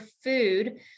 food